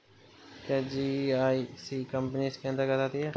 क्या GIC company इसके अन्तर्गत आती है?